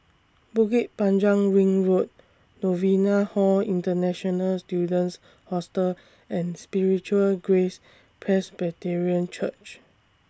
Bukit Panjang Ring Road Novena Hall International Students Hostel and Spiritual Grace Presbyterian Church